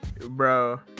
Bro